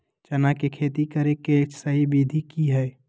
चना के खेती करे के सही विधि की हय?